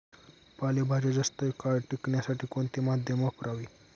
पालेभाज्या जास्त काळ टिकवण्यासाठी कोणते माध्यम वापरावे?